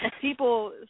people